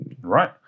Right